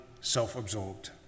self-absorbed